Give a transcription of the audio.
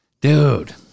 Dude